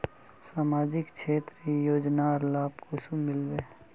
सामाजिक क्षेत्र योजनार लाभ कुंसम मिलबे?